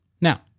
Now